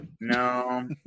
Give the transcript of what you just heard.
No